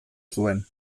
zuen